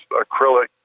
acrylic